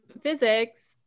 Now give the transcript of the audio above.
physics